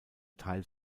teil